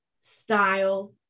style